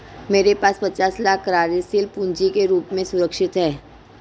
मेरे पास पचास लाख कार्यशील पूँजी के रूप में सुरक्षित हैं